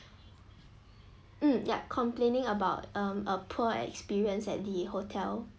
mm yup complaining about mm a poor experience at the hotel